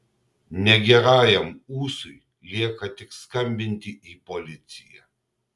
negerajam ūsui lieka tik skambinti į policiją